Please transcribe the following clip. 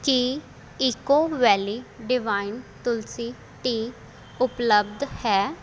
ਕੀ eco valley divine tulsi tea ਉਪਲੱਬਧ ਹੈ